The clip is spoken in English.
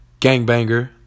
gangbanger